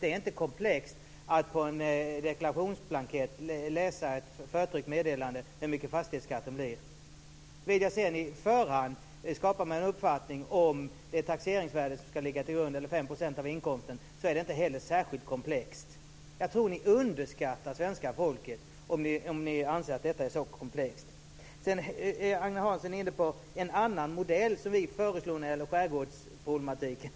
Det är inte komplext att på en deklarationsblankett läsa ett förtryckt meddelande hur stor fastighetsskatten blir. För den som på förhand vill skapa sig en uppfattning om det taxeringsvärde som ska ligga till grund, eller 5 % av inkomsten, är det inte heller särskilt komplext. Jag tror att ni underskattar svenska folket om ni anser att detta är så komplext. Agne Hansson är inne på en annan modell när det gäller skärgårdsproblematiken.